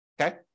okay